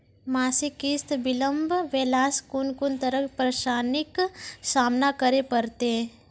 मासिक किस्त बिलम्ब भेलासॅ कून कून तरहक परेशानीक सामना करे परतै?